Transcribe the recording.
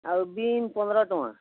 ଆଉ ବିନ୍ ପନ୍ଦର ଟଙ୍କା